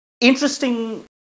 interesting